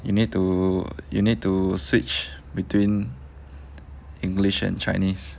you need to you need to switch between english and chinese